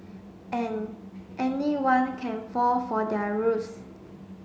and anyone can fall for their ruse